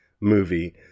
movie